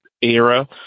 era